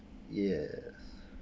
yes